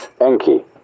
Enki